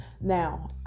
Now